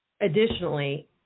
additionally